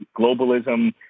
globalism